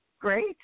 Great